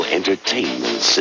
Entertainment